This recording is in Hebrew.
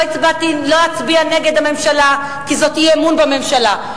לא אצביע נגד הממשלה כי זה אי-אמון בממשלה.